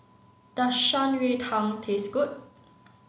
does Shan Rui Tang taste good